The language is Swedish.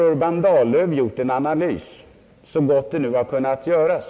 Urban Dahllöf har gjort en analys — så gott den nu har kunnat göras.